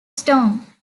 storm